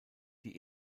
die